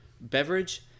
beverage